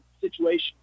situation